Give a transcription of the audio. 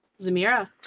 Zamira